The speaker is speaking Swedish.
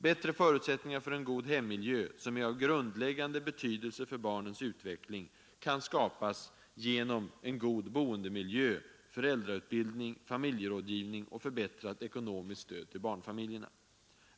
——— Bättre förutsättningar för en god hemmiljö, som är av grundläggande betydelse för barnens utveckling, kan skapas genom en god boendemiljö, föräldrautbildning, familjerådgivning och förbättrat ekonomiskt stöd till barnfamiljerna.